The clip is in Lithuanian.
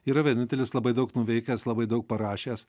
yra vienintelis labai daug nuveikęs labai daug parašęs